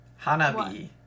Hanabi